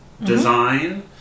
design